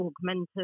augmented